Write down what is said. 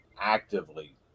actively